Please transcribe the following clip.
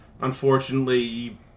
Unfortunately